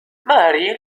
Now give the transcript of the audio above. ماري